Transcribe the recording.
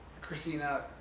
Christina